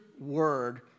word